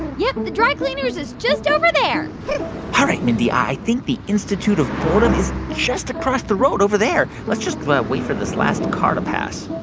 yep, the dry cleaners is just over there all right, mindy, i think the institute of boredom is just across the road over there. let's just wait for this last car to pass.